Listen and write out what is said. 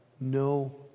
no